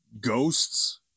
ghosts